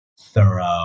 thorough